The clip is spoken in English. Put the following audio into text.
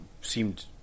seemed